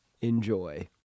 enjoy